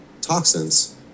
toxins